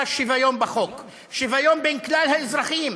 "שוויון" בחוק: שוויון בין כלל האזרחים,